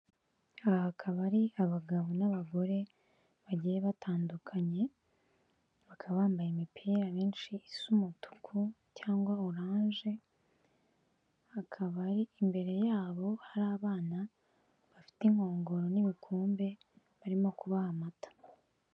Aha akaba ari abagabo n'abagore bagiye batandukanye, bakaba bambaye imipira benshi isa umutuku cyangwa oranje, hakaba hari imbere yabo hari abana bafite inkongoro n'ibikombe barimo kubaha amata.